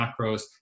macros